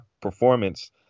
performance